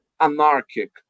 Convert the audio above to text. anarchic